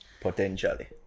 Potentially